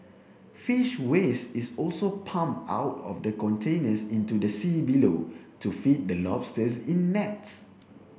fish waste is also pumped out of the containers into the sea below to feed the lobsters in nets